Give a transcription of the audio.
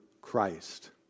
Christ